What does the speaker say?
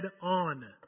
on